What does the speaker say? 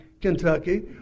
Kentucky